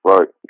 Right